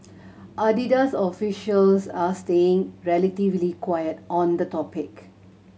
Adidas officials are staying relatively quiet on the topic